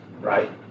right